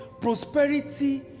prosperity